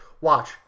watch